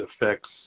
affects